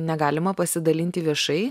negalima pasidalinti viešai